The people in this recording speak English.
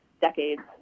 decades